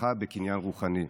מתמחה בקניין רוחני.